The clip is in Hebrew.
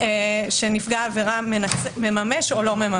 שנפגע העבירה מממש או לא מממש.